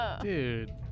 Dude